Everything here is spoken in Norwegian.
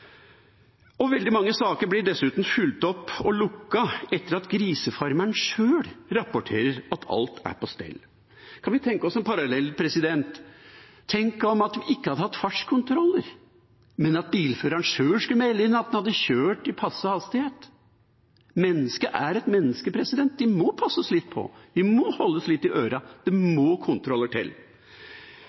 Veldig mange saker blir dessuten fulgt opp og lukket etter at grisefarmeren sjøl rapporterer at alt er på stell. Vi kan tenke oss en parallell: Tenk om vi ikke hadde hatt fartskontroller, men at bilføreren sjøl skulle melde inn at han hadde kjørt i passe hastighet. Mennesket er et menneske, vi må passes litt på, vi må holdes litt i ørene, det må kontroller til.